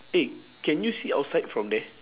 eh can you see outside from there